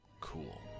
cool